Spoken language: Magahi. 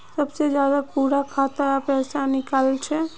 सबसे ज्यादा कुंडा खाता त पैसा निकले छे?